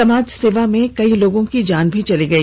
समाज सेवा में कई लोगों की जान भी चली गई